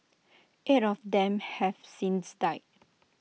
eight of them have since died